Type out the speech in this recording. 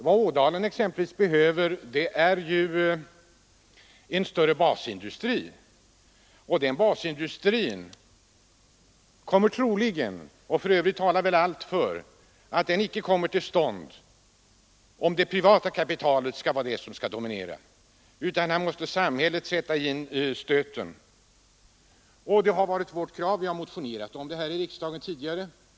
Vad Ådalen exempelvis behöver är en större basindustri. Men allt talar för att en sådan icke kommer till stånd om det privata kapitalet skall dominera. Här måste samhället sätta in stöten. Vi har motionerat och ställt detta krav i riksdagen tidigare.